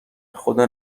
خدا